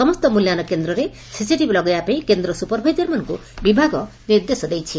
ସମସ୍ତ ମୂଲ୍ୟାୟନ କେନ୍ଦ୍ରରେ ସିସିଟିଭି ଲଗାଇବା ପାଇଁ କେନ୍ଦ୍ର ସୁପରଭାଇଜରଙ୍କୁ ବିଭାଗ ନିର୍ଦ୍ଦେଶ ଦେଇଛି